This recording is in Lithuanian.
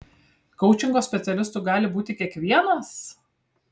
koučingo specialistu gali būti kiekvienas